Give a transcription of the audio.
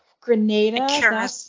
Grenada